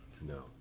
No